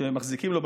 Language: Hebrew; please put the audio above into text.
מחזיקים לו,